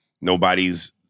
Nobody's